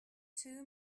two